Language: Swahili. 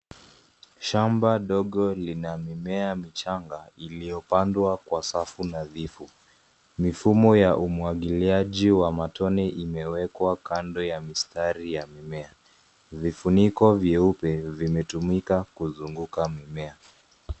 Shamba ndogo lina mimea michanga , iliyopandwa kwa safu nadhifu. Mifumo ya umwagiliaji wa matone imewekwa kando ya mistari ya mimea. Vifuniko vyeupe vimetumika kuzunguka mimea.